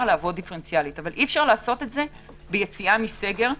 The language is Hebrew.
לעובד דיפרנציאלית אבל אי אפשר לעשות את זה ביציאה מסגר,